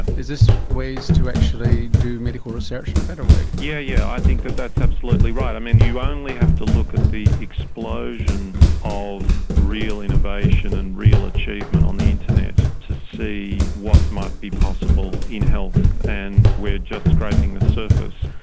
is this ways to actually do medical research in a better way? yes, yeah yeah i think that's absolutely right. i mean you only have to look at the explosion of real innovation and real achievement on the internet to see what might be possible in health and we're just scraping the surface.